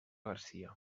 garcia